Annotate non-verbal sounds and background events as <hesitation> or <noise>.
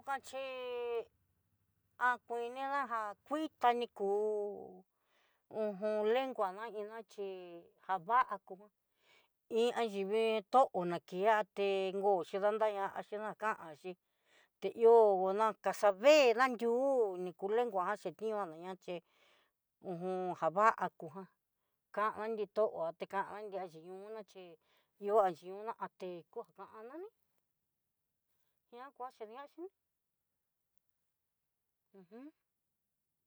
Kuan chí a kuinina jan kuii, tani kú hojon lenguan ná kina ina chí, java kúan iin ayivee tó'o ná kii <hesitation> ngo xhidanrá ñaxhi nakanxi te ihó nakaxa vee nandiú, ni ku lengua jan che ti janaña xhí hu j <hesitation> java'a akujan, kanda ni toté kanda xhi xhiniona xhi iho nga xhinioña até kananí njia huaxhinia xhi ní uj. <hesitation>